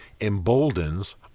emboldens